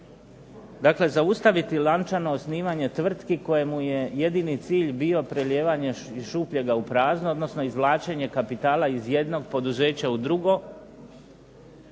Dakle, zaustaviti lančano osnivanje tvrtki kojemu je jedini cilj bio prelijevanje iz šupljega u prazno, odnosno izvlačenja kapitala iz jednog poduzeća u drugo,